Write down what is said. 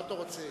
מה אתה רוצה?